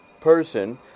person